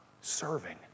serving